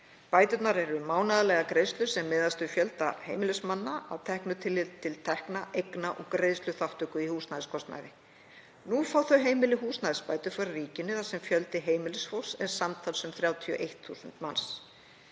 Bæturnar eru mánaðarlegar greiðslur sem miðast við fjölda heimilismanna að teknu tilliti til tekna, eigna og greiðsluþátttöku í húsnæðiskostnaði. Nú fá þau heimili húsnæðisbætur frá ríkinu þar sem fjöldi heimilisfólks er samtals um 31.000.